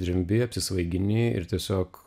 drimbi apsisvaigini ir tiesiog